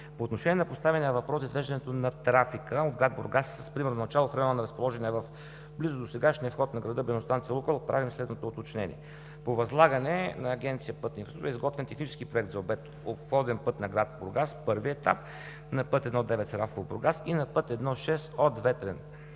По отношение на поставения въпрос за извеждането на трафика от град Бургас, примерно с начало в разположената в района в близост до сегашния вход на града бензиностанция „Лукойл“, правя следното уточнение. По възлагане на Агенция „Пътна инфраструктура“ е изготвен технически проект за обходен път на град Бургас, първи етап на пътя І-9 Сарафово-Бургас и на път І-6 от Ветрен